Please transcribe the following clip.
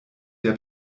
der